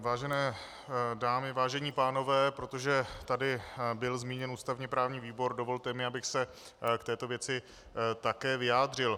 Vážené dámy, vážení pánové, protože tady byl zmíněn ústavněprávní výbor, dovolte mi, abych se k této věci také vyjádřil.